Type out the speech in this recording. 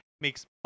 makes